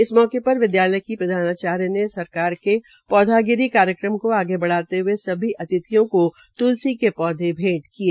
इस अवसर पर विद्यालय की प्रधानाचार्य ने सरकार के पौधागिरी कार्यक्रम को आगे बढ़ाते हए सभी अतिथियों का त्लसी का पौधे भेंट किये